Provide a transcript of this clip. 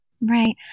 Right